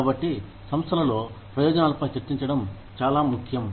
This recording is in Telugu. కాబట్టి సంస్థలలో ప్రయోజనాలపై చర్చించడం చాలా ముఖ్యం